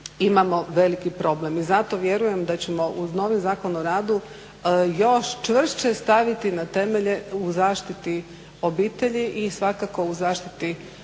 imamo veliki problem. I zato vjerujem da ćemo uz novi Zakon o radu još čvršće staviti na temelje u zaštiti obitelji i svakako u zaštiti